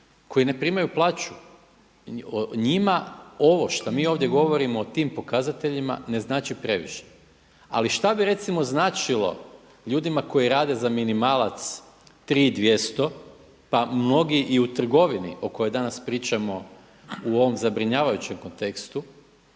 koji ne primaju plaću. Njima ovo što mi ovdje govorimo o tim pokazateljima ne znači previše. Ali šta bi recimo značilo ljudima koji rade za minimalac 3200 pa mnogi i u trgovini o kojoj danas pričamo u ovom zabrinjavajućem kontekstu,